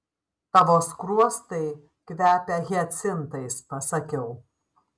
tavo skruostai kvepia hiacintais pasakiau